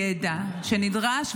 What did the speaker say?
ידע נדרש.